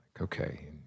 Okay